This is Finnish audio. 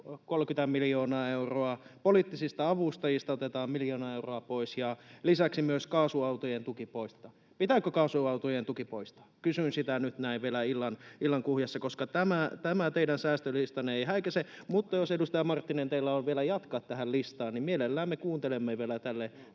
30 miljoonaa euroa, poliittisista avustajista otetaan miljoona euroa pois, ja lisäksi myös kaasuautojen tuki poistetaan. Pitääkö kaasuautojen tuki poistaa? Kysyn sitä nyt vielä näin illan kuhjassa, koska tämä teidän säästölistanne ei häikäise, mutta jos, edustaja Marttinen, teillä on vielä jatkaa tähän listaan, niin mielellämme kuuntelemme vielä tähän